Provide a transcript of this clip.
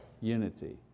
unity